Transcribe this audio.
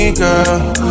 girl